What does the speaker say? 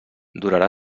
durarà